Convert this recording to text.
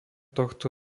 tohto